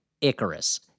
Icarus